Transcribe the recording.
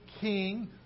king